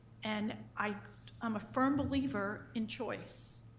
and i'm um a firm believer in choice,